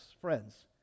friends